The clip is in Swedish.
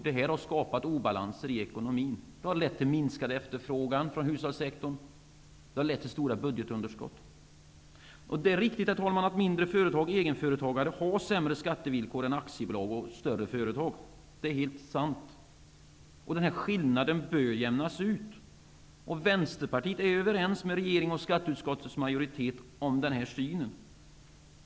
Detta har skapat obalans i ekonomin. Det har lett till minskad efterfrågan inom hushållssektorn och stora budgetunderskott. Det är riktigt att den som har ett mindre företag och är egenföretagare har sämre skattevillkor än aktiebolag och större företag. Den skillnaden bör jämnas ut. Vänsterpartiet är överens med regeringen och skatteutskottets majoritet om detta.